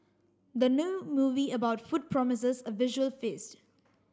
the new movie about food promises a visual feast